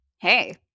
Hey